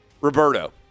Roberto